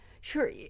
Sure